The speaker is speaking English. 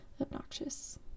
obnoxious